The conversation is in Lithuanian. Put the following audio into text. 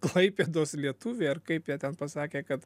klaipėdos lietuviai ar kaip jie ten pasakė kad